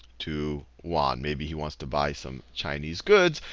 to yuan. maybe he wants to buy some chinese goods,